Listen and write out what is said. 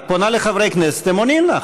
את פונה לחברי כנסת, הם עונים לך.